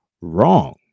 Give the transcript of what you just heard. wrong